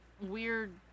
weird